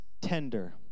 tender